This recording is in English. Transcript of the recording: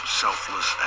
selfless